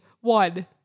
One